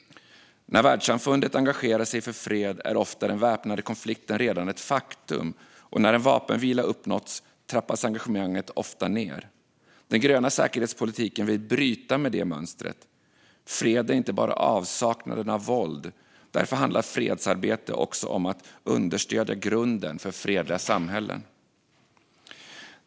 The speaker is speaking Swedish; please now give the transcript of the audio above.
När världssamfundet engagerar sig för fred är ofta den väpnade konflikten redan ett faktum, och när en vapenvila uppnåtts trappas engagemanget ofta ned. Den gröna säkerhetspolitiken vill bryta med det mönstret. Fred är inte bara avsaknaden av våld. Därför handlar fredsarbete också om att understödja grunden för fredliga samhällen.